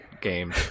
game